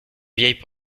vieilles